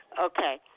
Okay